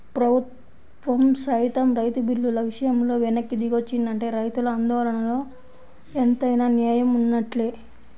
ప్రభుత్వం సైతం రైతు బిల్లుల విషయంలో వెనక్కి దిగొచ్చిందంటే రైతుల ఆందోళనలో ఎంతైనా నేయం వున్నట్లే